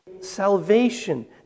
salvation